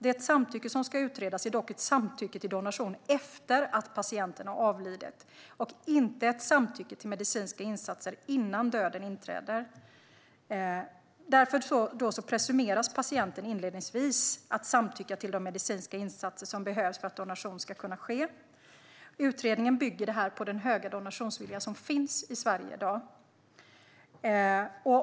Det samtycke som ska utredas är dock ett samtycke till donation efter att patienten har avlidit och inte ett samtycke till medicinska insatser innan döden inträder. Därför presumeras patienten inledningsvis samtycka till de medicinska insatser som behövs för att donation ska kunna ske. Utredningen bygger detta på den stora organisationsvilja som finns i Sverige i dag.